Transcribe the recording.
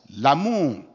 L'amour